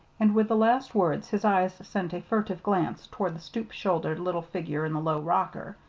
and with the last words his eyes sent a furtive glance toward the stoop-shouldered little figure in the low rocker.